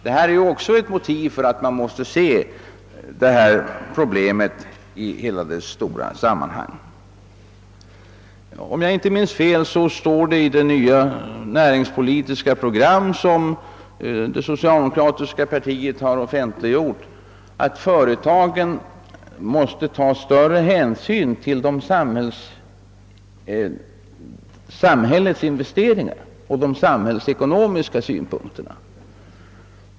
Detta är också ett motiv för att se problemet i dess stora sammanhang. Om jag inte minns fel står det i det nya näringspolitiska program som det socialdemokratiska partiet offentliggjort, att företagen måste ta större hänsyn till samhällets investeringar och de samhällsekonomiska synpunkterna.